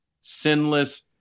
sinless